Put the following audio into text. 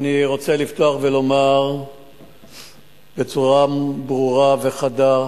אני רוצה לפתוח ולומר בצורה ברורה וחדה,